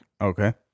okay